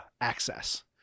access